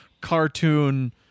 cartoon